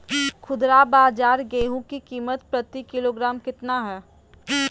खुदरा बाजार गेंहू की कीमत प्रति किलोग्राम कितना है?